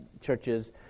churches